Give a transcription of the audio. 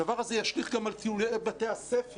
הדבר הזה ישליך גם על טיולי בתי הספר